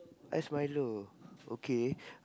ice milo okay